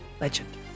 Legend